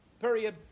Period